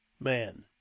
man